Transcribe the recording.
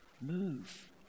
Move